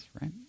right